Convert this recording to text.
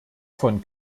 von